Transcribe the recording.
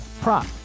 prop